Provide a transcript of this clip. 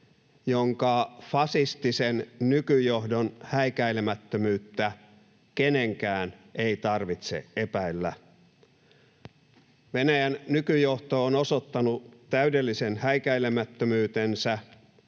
jonka fasistisen nykyjohdon häikäilemättömyyttä kenenkään ei tarvitse epäillä. Venäjän nykyjohto on osoittanut täydellisen häikäilemättömyytensä